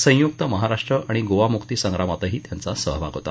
संयुक्त महाराष्ट्र आणि गोवा मुक्ती संग्रामातही त्यांचा सहभाग होता